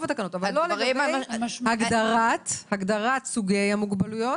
לא לגבי הגדרת סוגי המוגבלויות